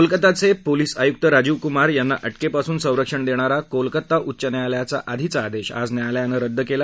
कोलकत्याचे police आयुक्त राजीव कुमार यांना अटकेपासून संरक्षण देणारा कोलकाता उच्च न्यायालयाचा आधीचा आदेश आज न्यायालयानं रद्द केला